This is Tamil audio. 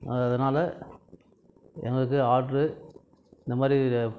அதனால் எங்களுக்கு ஆர்ட்ரு இந்த மாரி